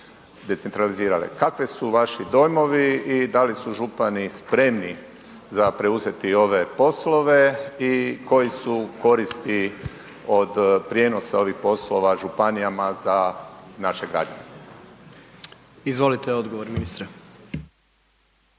Kakvi su vaši dojmovi i da li su župani spremni za preuzeti ove poslove i koje su koristi od prijenosa ovih poslova županijama za naše građane? **Jandroković, Gordan